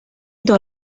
dans